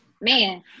Man